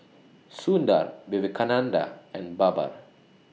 Sundar Vivekananda and Baba